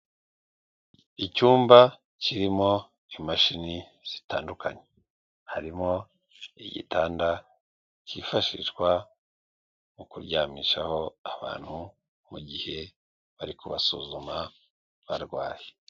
Icyumba kirimo imashini zitandukanye harimo igitanda cyifashishwa mu kuryamishaho abantu mu gihe bari kubasuzuma barwaye.